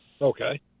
okay